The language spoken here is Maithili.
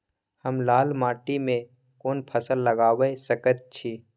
हम लाल माटी में कोन फसल लगाबै सकेत छी?